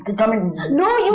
coming! no,